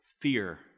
fear